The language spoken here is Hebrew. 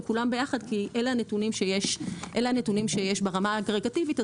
כולן ביחד כי אלה הנתונים שיש ברמה האגרגטיבית,